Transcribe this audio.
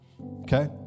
Okay